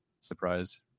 Surprise